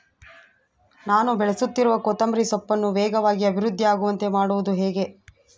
ನಾನು ಬೆಳೆಸುತ್ತಿರುವ ಕೊತ್ತಂಬರಿ ಸೊಪ್ಪನ್ನು ವೇಗವಾಗಿ ಅಭಿವೃದ್ಧಿ ಆಗುವಂತೆ ಮಾಡುವುದು ಹೇಗೆ?